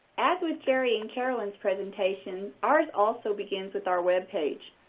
as with jerry and carolyn's presentations, ours also begins with our web page.